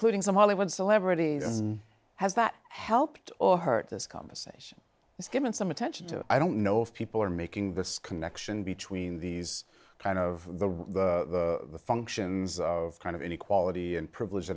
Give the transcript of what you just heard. including some hollywood celebrities and has that helped or hurt this conversation has given some attention to i don't know if people are making this connection between these kind of the functions of kind of inequality and privilege